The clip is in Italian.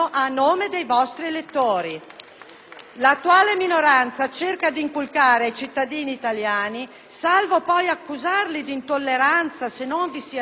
L'attuale minoranza cerca di inculcare ai cittadini italiani, salvo poi accusarli di intolleranza se non vi si adeguano silenziosamente,